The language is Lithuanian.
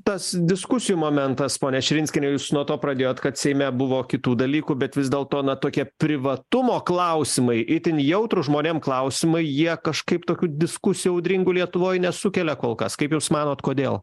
tas diskusijų momentas ponia širinskiene jūs nuo to pradėjot kad seime buvo kitų dalykų bet vis dėlto na tokie privatumo klausimai itin jautrūs žmonėm klausimai jie kažkaip tokių diskusijų audringų lietuvoj nesukelia kol kas kaip jūs manot kodėl